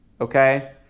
okay